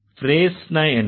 ஃப்ரேஸ்ன்னா என்ன